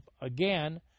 again